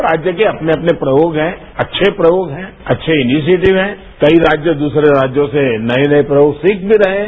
हर राज्य के अपने अपने प्रयोग हैं अच्छे प्रयोग हैं अच्छे इनिशिएटिव हैं कई राज्य द्रसरे राज्यों से नए नए प्रयोग सिख भी रहे हैं